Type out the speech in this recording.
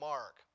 Mark